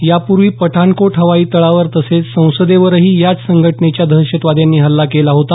यापूर्वी पठाणकोट हवाई तळावर तसंच संसदेवरही याच संघटनेच्या दहशतवाद्यांनी हल्ला केला होता